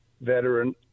veteran